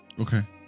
Okay